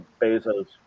Bezos